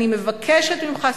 אני מבקשת ממך,